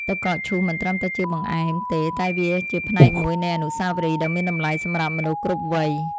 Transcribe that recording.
ទឹកកកឈូសមិនត្រឹមតែជាបង្អែមទេតែវាជាផ្នែកមួយនៃអនុស្សាវរីយ៍ដ៏មានតម្លៃសម្រាប់មនុស្សគ្រប់វ័យ។